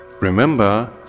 Remember